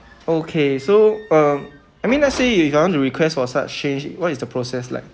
okay so um I mean let's say if I want to request for such change what is the process like